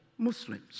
Muslims